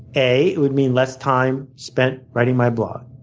a it would mean less time spent writing my book.